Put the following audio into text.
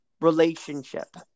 relationship